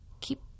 keep